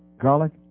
garlic